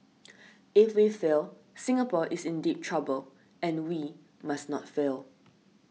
if we fail Singapore is in deep trouble and we must not fail